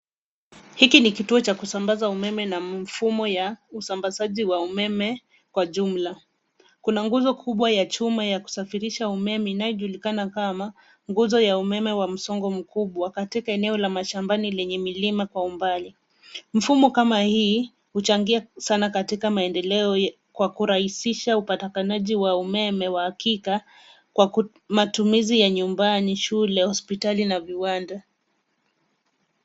Hiki ni kituo cha kusambaza umeme na mfumo ya usambazaji wa umeme kwa jumla. Kuna nguzo kubwa ya chuma ya kusafirisha umeme inayojulikana kama nguzo ya umeme wa msongo mkubwa katika eneo la mashambani lenye milima kwa umbali. Mfumo kama hii huchangia sana katika maendeleo kwa kurahisisha upatikanaji wa umeme wa hakika kwa matumizi ya nyumbani, shule, hospitali na viwanda.